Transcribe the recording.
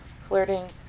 flirting